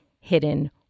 hidden